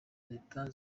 leta